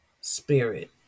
spirit